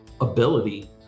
ability